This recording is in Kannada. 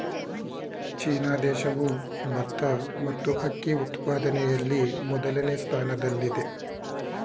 ಚೀನಾ ದೇಶವು ಭತ್ತ ಮತ್ತು ಅಕ್ಕಿ ಉತ್ಪಾದನೆಯಲ್ಲಿ ಮೊದಲನೇ ಸ್ಥಾನದಲ್ಲಿದೆ